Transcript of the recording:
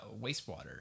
wastewater